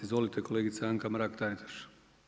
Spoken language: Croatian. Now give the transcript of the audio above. Izvolite, kolegice Anka Mrak-Taritaš.